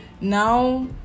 now